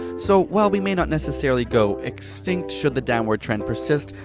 so while we may not necessarily go extinct should the downward trend persist,